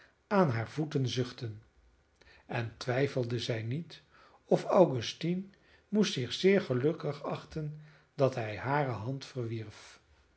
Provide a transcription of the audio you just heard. aan haar voeten zuchten en twijfelde zij niet of augustine moest zich zeer gelukkig achten dat hij hare hand